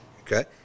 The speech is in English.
okay